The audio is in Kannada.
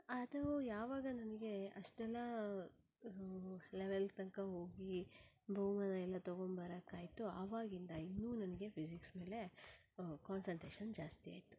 ಅದು ಯಾವಾಗ ನನಗೆ ಅಷ್ಟೆಲ್ಲ ಲೆವೆಲ್ ತನಕ ಹೋಗಿ ಬಹುಮಾನ ಎಲ್ಲ ತೊಗೊಂಡು ಬರಕ್ಕಾಯ್ತೋ ಆವಾಗಿಂದ ಇನ್ನೂ ನನಗೆ ಫಿಸಿಕ್ಸ್ ಮೇಲೆ ಕಾನ್ಸನ್ಟ್ರೇಷನ್ ಜಾಸ್ತಿ ಆಯಿತು